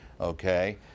okay